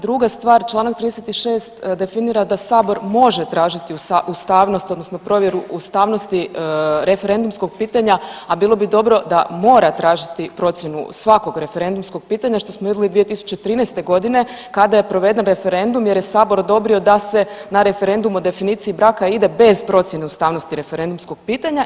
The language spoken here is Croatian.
Druga stvar, čl. 36. definira da sabor može tražiti ustavnost odnosno provjeru ustavnosti referendumskog pitanja, a bilo bi dobro da mora tražiti procjenu svakog referendumskog pitanja, što smo vidjeli 2013.g. kada je proveden referendum jer je sabor odobrio da se na referendumu o definiciji braka ide bez procijene ustavnosti referendumskog pitanja.